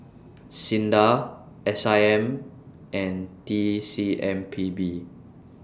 SINDA S I M and T C M P B